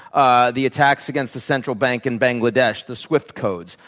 ah the attacks against the central bank in bangladesh, the swift codes.